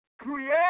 Create